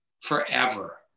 forever